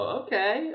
okay